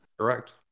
Correct